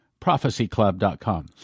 prophecyclub.com